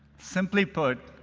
simply put,